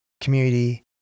community